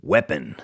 Weapon